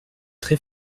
très